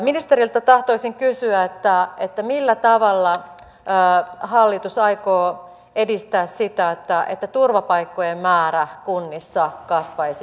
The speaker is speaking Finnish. ministeriltä tahtoisin kysyä millä tavalla hallitus aikoo edistää sitä että turvapaikkojen määrä kunnissa kasvaisi